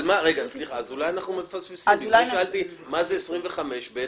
בגלל זה שאלתי מה זה 25ב(ב).